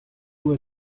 were